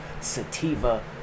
Sativa